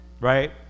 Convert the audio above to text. Right